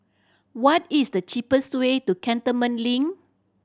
what is the cheapest way to Cantonment Link